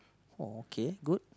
oh okay good